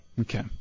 Okay